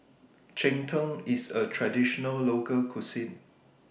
Cheng Tng IS A Traditional Local Cuisine